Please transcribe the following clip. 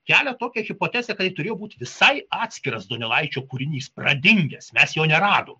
kelia tokią hipotezę kad turėjo būti visai atskiras donelaičio kūrinys pradingęs mes jo neradom